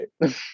right